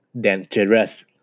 dangerous